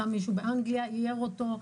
מצא מישהו באנגליה שאייר אותו.